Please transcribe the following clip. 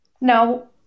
No